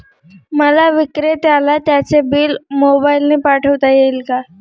मला विक्रेत्याला त्याचे बिल मोबाईलने पाठवता येईल का?